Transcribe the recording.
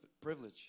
privilege